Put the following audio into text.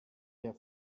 der